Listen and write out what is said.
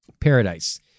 paradise